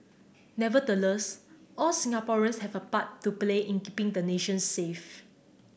nevertheless all Singaporeans have a part to play in keeping the nation safe